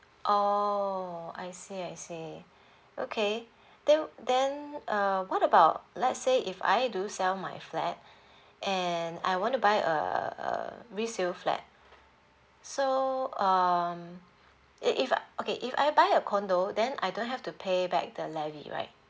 oh I see I see okay then then uh what about let's say if I do sell my flat and I want to buy a uh resale flat so um if if okay if I buy a condo then I don't have to pay back the levy right